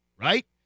right